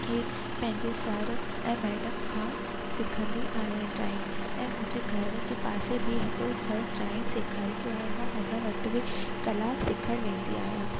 ही पैंजे सर ऐं मैडम खां सिखंदी आहियां ड्रॉइंग ऐं मुंहिंजे घर जे पासे बि हिकिड़ो सर ड्रॉइंग सेखारींदो आहे मां हुन वटि बि कलाक सिखण वेंदी आयां